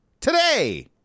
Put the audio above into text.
Today